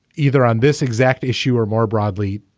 either on this exact issue or more broadly,